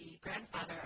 grandfather